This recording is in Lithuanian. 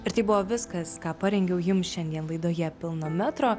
ir tai buvo viskas ką parengiau jums šiandien laidoje pilno metro